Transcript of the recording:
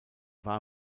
war